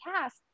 cast